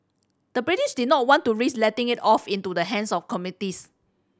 the British did not want to risk letting it fall into the hands of communists